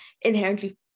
inherently